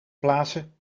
plaatsen